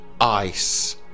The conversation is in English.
Ice